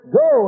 go